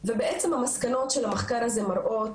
המסקנות של המחקר הזה מראות,